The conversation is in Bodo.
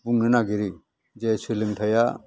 बुंनो नागिरो जे सोलोंथाइया